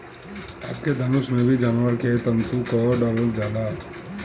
अबके धनुष में भी जानवर के तंतु क डालल जाला